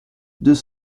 deux